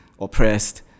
oppressed